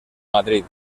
madrid